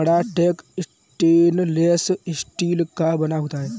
बड़ा tank stainless steel का बना होता है